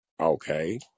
Okay